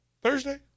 Thursday